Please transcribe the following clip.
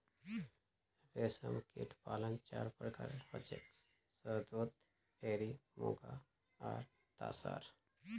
रेशमकीट पालन चार प्रकारेर हछेक शहतूत एरी मुगा आर तासार